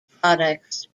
products